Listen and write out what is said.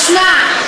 תשמע,